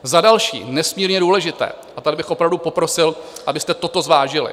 Za další, nesmírně důležité, a tady bych opravdu poprosil, abyste toto zvážili.